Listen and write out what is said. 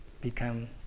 become